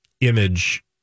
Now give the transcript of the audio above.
image